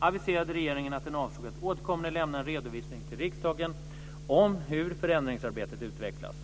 aviserade regeringen att den avsåg att återkommande lämna en redovisning till riksdagen om hur förändringsarbetet utvecklas.